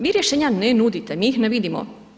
Vi rješenja ne nudite, mi ih ne vidimo.